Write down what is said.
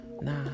nah